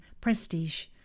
prestige